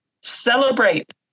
celebrate